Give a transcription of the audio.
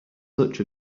such